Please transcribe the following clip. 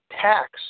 tax